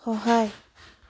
সহায়